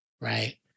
right